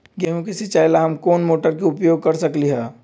गेंहू के सिचाई ला हम कोंन मोटर के उपयोग कर सकली ह?